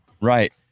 Right